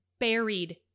buried